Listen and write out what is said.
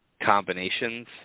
combinations